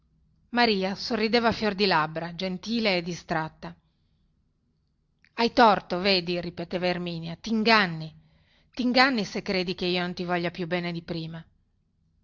maria sorrideva a fior di labbra gentile e distratta hai torto vedi ripeteva erminia ti inganni tinganni se credi che io non ti voglia più il bene di prima